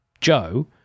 Joe